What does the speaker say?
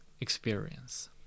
experience